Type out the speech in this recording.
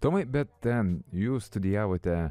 tomai bet ten jūs studijavote